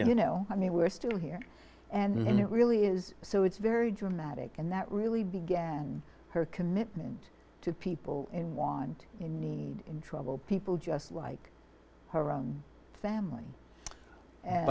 you know i mean we're still here and it really is so it's very dramatic and that really began her commitment to people and want and need in trouble people just like her own family